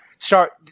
Start